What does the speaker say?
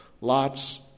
lots